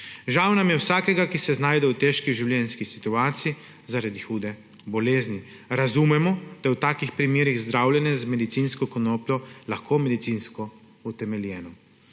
Žal nam je vsakega, ki se znajde v težki življenjski situaciji zaradi hude bolezni. Razumemo, da je v takih primerih zdravljenje z medicinsko konopljo lahko medicinsko utemeljeno.